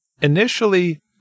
initially